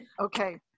okay